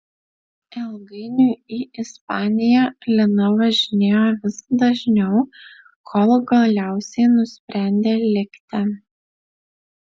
ilgainiui į ispaniją lina važinėjo vis dažniau kol galiausiai nusprendė likti